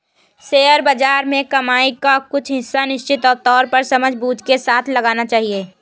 share बाज़ार में कमाई का कुछ हिस्सा निश्चित तौर पर समझबूझ के साथ लगाना चहिये